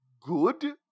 good